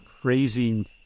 crazy